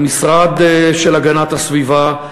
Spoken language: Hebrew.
למשרד להגנת הסביבה,